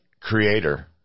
creator